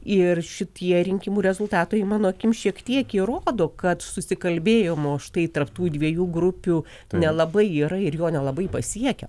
ir šitie rinkimų rezultatai mano akim šiek tiek jie įrodo kad susikalbėjimo štai tarp tų dviejų grupių nelabai yra ir jo nelabai pasiekia